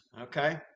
okay